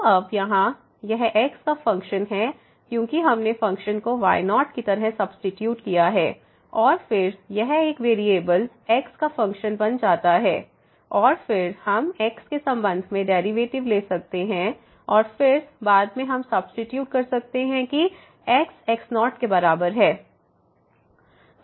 तो अब यह यहाँ x का फ़ंक्शन है क्योंकि हमने फ़ंक्शन को y0 की तरह सब्सीट्यूट किया है और फिर यह एक वेरिएबल्स x का फ़ंक्शन बन जाता है और फिर हम x के संबंध में डेरिवेटिव ले सकते हैं और फिर बाद में हम सब्सीट्यूट कर सकते हैं कि x x0 के बराबर है